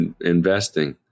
Investing